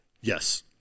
Yes